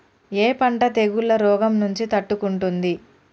ఏ పంట తెగుళ్ల రోగం నుంచి తట్టుకుంటుంది?